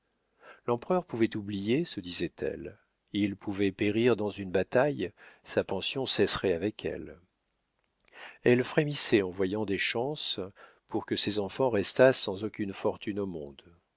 l'empereur pouvait oublier se disait-elle il pouvait périr dans une bataille sa pension cesserait avec elle elle frémissait en voyant des chances pour que ses enfants restassent sans aucune fortune au monde